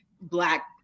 black